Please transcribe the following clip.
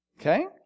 okay